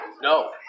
no